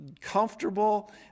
comfortable